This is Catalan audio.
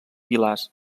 pilars